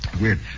Weird